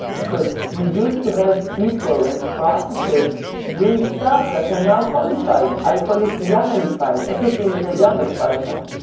because we used to have people and processes doing stuff that are now codified. i call it yamlified. yamlified. everything is a yaml file now.